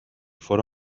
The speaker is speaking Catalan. fóra